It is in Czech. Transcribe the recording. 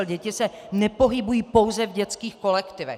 Děti se nepohybují pouze v dětských kolektivech.